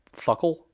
fuckle